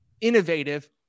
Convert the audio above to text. innovative